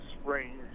spring